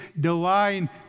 divine